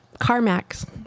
CarMax